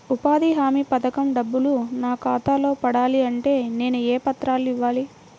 ఉపాధి హామీ పథకం డబ్బులు నా ఖాతాలో పడాలి అంటే నేను ఏ పత్రాలు ఇవ్వాలి?